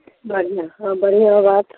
बाजियौ हँ बढ़िआँ बात